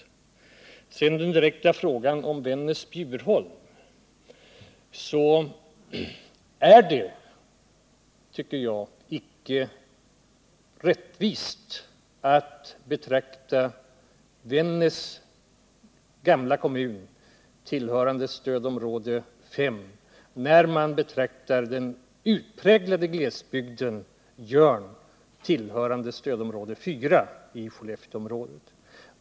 När det gäller den direkta frågan om Vännäs-Bjurholm tycker jag icke det är rättvist att betrakta den gamla kommunen Vännäs såsom tillhörande stödområde 5 när man betraktar den utpräglade glesbygden Jörn i Skellefteområdet såsom tillhörande stödområde 4.